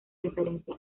referencia